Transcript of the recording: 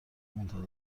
منتظر